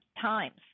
times